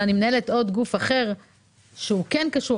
אבל אני מנהלת גוף אחר שכן קשור,